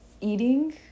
Eating